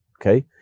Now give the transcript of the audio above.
Okay